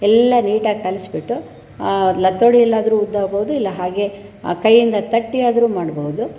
ಎಲ್ಲ ನೀಟಾಗಿ ಕಲಿಸಿಬಿಟ್ಟು ಆ ಲತೋಡಿಯಲ್ಲಾದ್ರೂ ಉದ್ದಬಹುದು ಹಾಗೆ ಕೈಯ್ಯಿಂದ ತಟ್ಟಿಯಾದರೂ ಮಾಡಬಹುದು